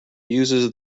uses